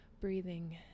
breathing